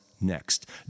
next